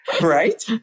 right